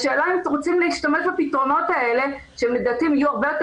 השאלה אם אתם רוצים להשתמש בפתרונות האלה שלדעתי יהיו הרבה יותר